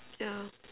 yeah